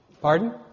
Pardon